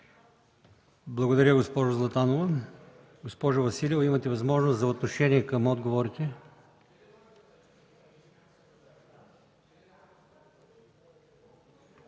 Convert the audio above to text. Благодаря Ви, госпожо Златанова. Госпожо Василева, имате възможност за отношение към отговорите.